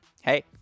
Hey